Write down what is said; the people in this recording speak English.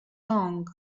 long